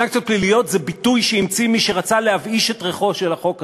"סנקציות פליליות" זה ביטוי שהמציא מי שרצה להבאיש את ריחו של החוק הזה.